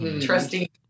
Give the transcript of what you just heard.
trusty